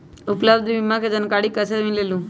उपलब्ध बीमा के जानकारी कैसे मिलेलु?